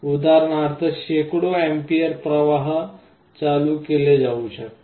उदाहरणार्थ शेकडो अँपिअर प्रवाह चालू केले जाऊ शकतात